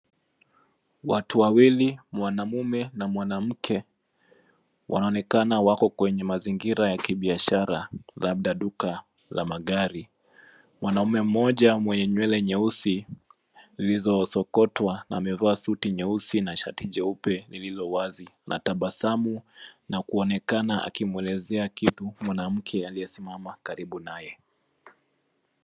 Watu wawili mwanamume na mwanamke. Wanaonekana wako kwenye mazingira ya kibiashara labda duka la magari. Mwanamume mmoja mwenye nywele nyeusi zilizosokotwa amevaa suti nyeusi na sharti jeupe lililo wazi na tabasamu. Na kuonekana akimwelezea mwanamke aliyesimama karibu naye.